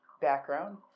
background